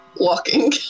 Walking